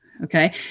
Okay